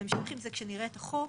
כשנראה את החוק,